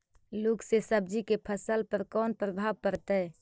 लुक से सब्जी के फसल पर का परभाव पड़तै?